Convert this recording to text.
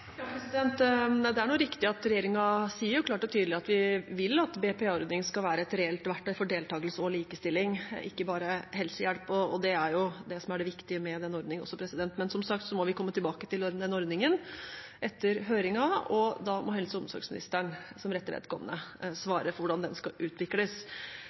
Det er riktig at regjeringen sier klart og tydelig at vi vil at BPA-ordningen skal være et reelt verktøy for deltakelse og likestilling, ikke bare helsehjelp, og det er jo det som er det viktige med den ordningen. Men som sagt må vi komme tilbake til den ordningen etter høringen, og da må helse- og omsorgsministeren som rette vedkommende svare for hvordan den skal utvikles.